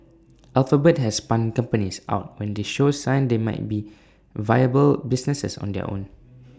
alphabet has spun companies out when they show signs they might be viable businesses on their own